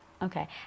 Okay